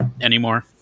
anymore